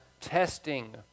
testing